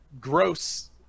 gross